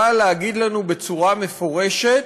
באה להגיד לנו בצורה מפורשת